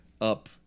up